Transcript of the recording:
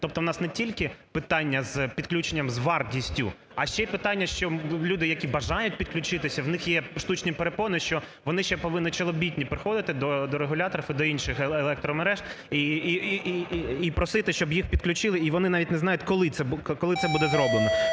Тобто у нас не тільки питання з підключенням з вартістю, а ще й питання, що люди, які бажають підключитися, у них є штучні перепони, що вони ще повинні челобітні приходити до регуляторів і до інших електромереж і просити, щоб їх підключили, і вони навіть не знають, коли це буде зроблено.